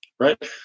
right